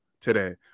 today